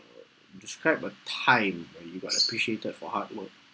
describe a time that you got appreciated for hard work